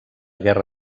guerra